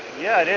yeah,